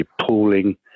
pooling